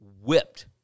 whipped